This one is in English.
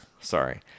sorry